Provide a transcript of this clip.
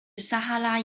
撒哈拉